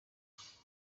umutekano